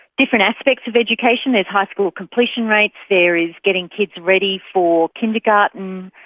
different aspects of education there's high school completion rates, there is getting kids ready for kindergarten,